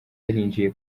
yarinjiye